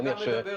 שלא קיימת.